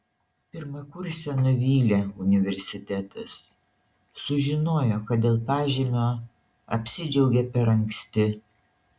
pirmakursę nuvylė universitetas sužinojo kad dėl pažymio apsidžiaugė per anksti